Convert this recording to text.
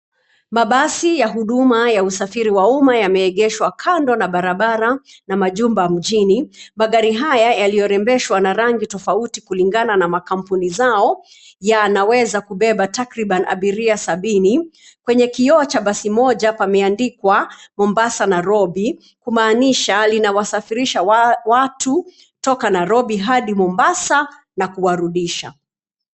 Mabasi ya huduma ya usafiri wa umma yameegeshwa kando ya barabara na majumba mjini. Magari haya yaliyorembeshwa na rangi tofauti kulingana na makampuni zao, yanaweza kubeba takriban abiria sabini. Kwenye kioo cha basi moja pameandikwa Mombasa-Nairobi kumaanisha linawasafirisha watu toka Nairobi hadi Mombasa na kuwarudisha.